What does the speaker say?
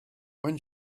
when